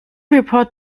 report